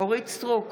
אורית מלכה סטרוק,